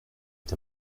est